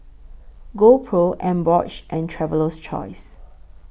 GoPro Emborg and Traveler's Choice